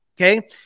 Okay